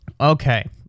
okay